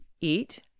eat